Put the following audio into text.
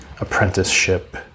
apprenticeship